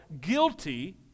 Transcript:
guilty